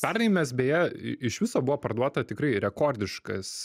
pernai mes beje iš viso buvo parduota tikrai rekordiškas